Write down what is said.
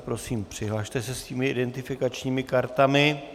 Prosím, přihlaste se svými identifikačními kartami.